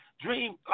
Dream